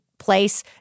place